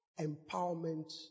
empowerment